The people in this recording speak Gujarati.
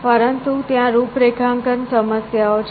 પરંતુ ત્યાં રૂપરેખાંકન સમસ્યાઓ છે